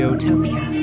Utopia